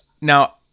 Now